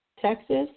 Texas